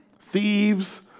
Thieves